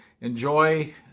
Enjoy